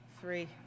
Three